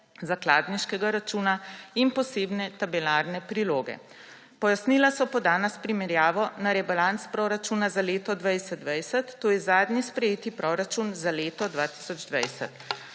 zakladniškega računa in posebne tabelarne priloge. Pojasnila so podana s primerjavo na rebalans proračuna za leto 2020, to je zadnji sprejeti proračun za leto 2020.